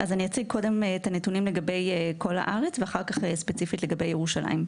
אני אציג את הנתונים קודם לגבי כל הארץ ואחר כך ספציפית לגבי ירושלים.